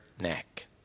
neck